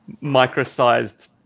micro-sized